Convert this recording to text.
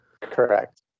Correct